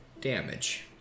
damage